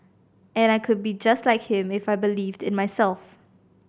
and I could be just like him if I believed in myself